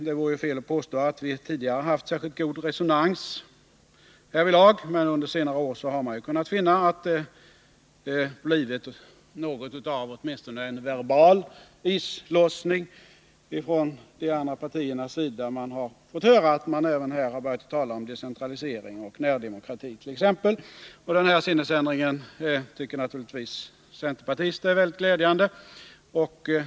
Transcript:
Det vore fel att påstå att vi tidigare har haft särskilt god resonans härvidlag, men under senare år har man ju kunnat finna att det blivit något av åtminstone en verbal islossning ifrån de andra partiernas sida. Även de andra partierna har börjat tala om t.ex. decentralisering och närdemokrati. Denna sinnesändring tycker naturligtvis vi centerpartister är mycket glädjande.